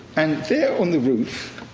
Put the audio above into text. and there on the roof.